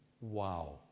Wow